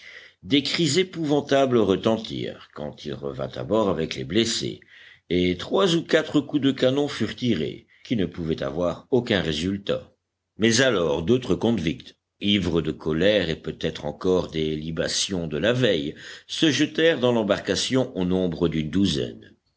des cris épouvantables retentirent quand il revint à bord avec les blessés et trois ou quatre coups de canon furent tirés qui ne pouvaient avoir aucun résultat mais alors d'autres convicts ivres de colère et peut-être encore des libations de la veille se jetèrent dans l'embarcation au nombre d'une douzaine